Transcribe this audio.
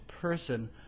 person